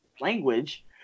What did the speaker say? language